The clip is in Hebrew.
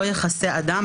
"לא יכסה אדם,